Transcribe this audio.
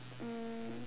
um